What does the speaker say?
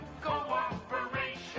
Cooperation